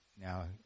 now